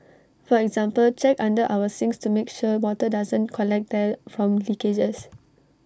for example check under our sinks to make sure water doesn't collect there from leakages